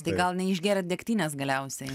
tai gal neišgėrėt degtinės galiausiai